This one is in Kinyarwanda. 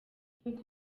nk’uko